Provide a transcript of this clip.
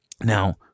Now